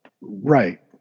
Right